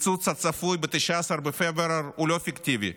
הקיצוץ הצפוי ב-19 בפברואר הוא לא פיקטיבי.